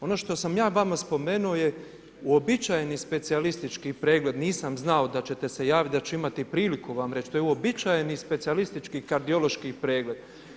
Ono što sam ja vama spomenuo je uobičajeni specijalistički pregled, nisam znao da ćete se javiti da ću imati priliku vam reći, to je uobičajeni specijalistički kardiološki pregled.